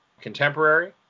contemporary